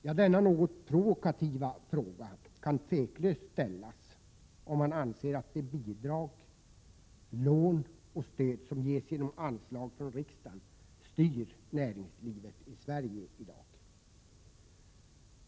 Ja, denna något provokativa fråga kan tveklöst ställas om man anser att de bidrag, lån och stöd som ges genom anslag från riksdagen styr näringslivet i Sverige i dag.